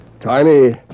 Tiny